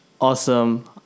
awesome